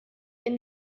and